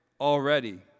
already